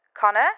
Connor